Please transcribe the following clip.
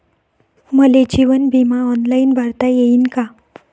मले जीवन बिमा ऑनलाईन भरता येईन का?